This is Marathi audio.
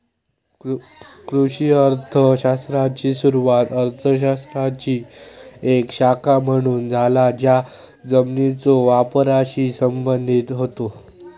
कृषी अर्थ शास्त्राची सुरुवात अर्थ शास्त्राची एक शाखा म्हणून झाला ज्या जमिनीच्यो वापराशी संबंधित होता